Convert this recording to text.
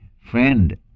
Friend